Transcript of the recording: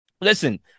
Listen